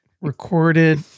Recorded